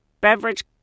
beverage